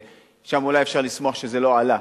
אולי אפשר לשמוח שזה לא עלה,